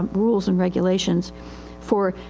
rules and regulations for,